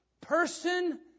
person